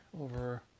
over